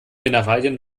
mineralien